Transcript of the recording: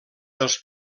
dels